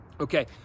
Okay